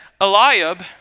Eliab